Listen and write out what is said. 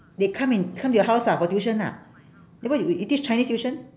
they come and come to your house ah for tuition ah then why you you teach chinese tuition